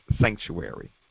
sanctuary